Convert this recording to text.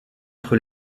entre